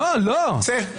צא.